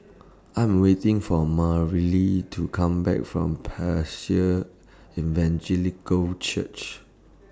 I'm waiting For Marely to Come Back from Evangelical Church